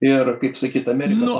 ir kaip sakyt amerika